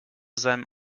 seinem